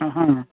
ఆహా